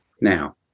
Now